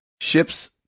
Ships